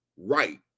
right